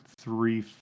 three